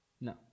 No